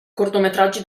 cortometraggi